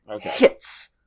hits